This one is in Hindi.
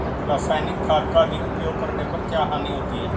रासायनिक खाद का अधिक प्रयोग करने पर क्या हानि होती है?